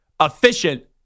efficient